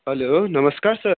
hello नमस्कार sir